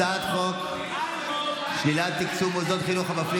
הצעת חוק שלילת תקצוב מוסדות חינוך המפלים